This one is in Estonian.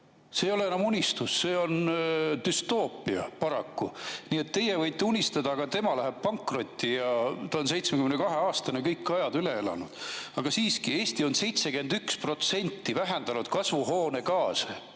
See ei ole enam unistus, see on paraku düstoopia. Nii et teie võite unistada, aga tema läheb pankrotti. Ta on 72‑aastane, kõik ajad üle elanud. Aga siiski, Eesti on 30 aastaga vähendanud kasvuhoonegaase